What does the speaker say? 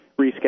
reschedule